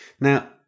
Now